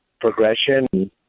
progression